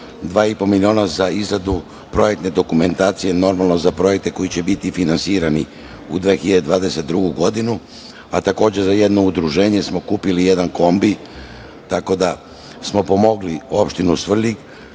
po miliona za izradu projektne dokumentacije za projekte koji će biti finansirani u 2022. godini. Za jedno udruženje smo kupili jedan kombi, tako da smo pomogli opštinu Svrljig